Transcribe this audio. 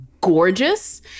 gorgeous